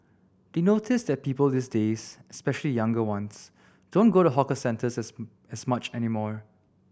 they notice that people these days especially younger ones don't go to hawker centres as much any more